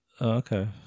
okay